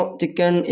chicken